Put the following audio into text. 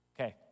Okay